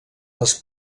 les